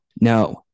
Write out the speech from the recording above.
no